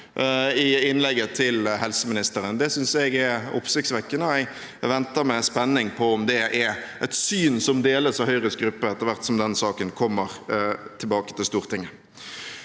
jeg er oppsiktsvekkende, og jeg venter med spenning på om det er et syn som deles av Høyres gruppe etter hvert som den saken kommer tilbake til Stortinget.